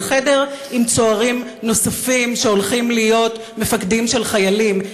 זה חדר עם צוערים נוספים שהולכים להיות מפקדים של חיילים.